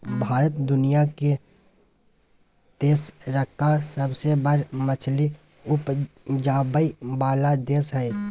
भारत दुनिया के तेसरका सबसे बड़ मछली उपजाबै वाला देश हय